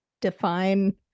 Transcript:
define